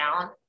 down